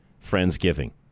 Friendsgiving